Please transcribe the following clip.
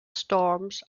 storms